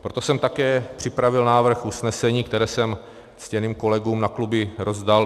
Proto jsem také připravil návrh usnesení, které jsem ctěným kolegům na kluby rozdal.